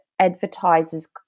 advertisers